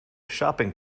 shopping